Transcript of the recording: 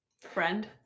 friend